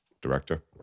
director